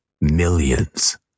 millions